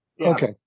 Okay